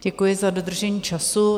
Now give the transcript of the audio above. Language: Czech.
Děkuji za dodržení času.